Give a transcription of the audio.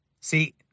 See